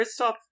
Kristoff